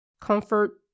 comfort